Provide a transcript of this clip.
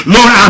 Lord